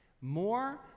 more